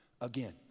again